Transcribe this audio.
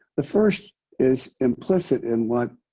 the first is implicit in what